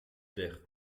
d’air